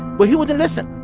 but he wouldn't listen.